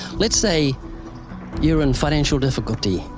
let's say you're in financial difficulty.